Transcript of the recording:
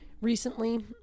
recently